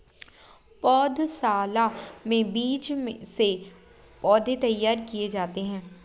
पौधशाला में बीज से पौधे तैयार किए जाते हैं